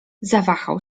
zawahał